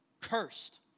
Cursed